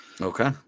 Okay